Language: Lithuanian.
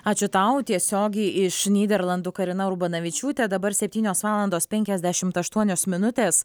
ačiū tau tiesiogiai iš nyderlandų karina urbanavičiūtė dabar septynios valandos penkiasdešimt aštuonios minutės